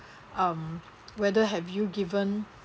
um whether have you given